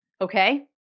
okay